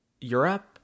Europe